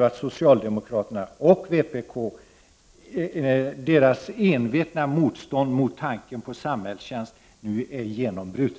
att socialdemokraternas och vpk:s envetna motstånd mot tanken på samhällstjänst nu är genombrutet.